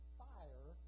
fire